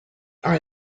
are